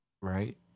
Right